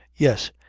yes.